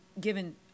given